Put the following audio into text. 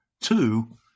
two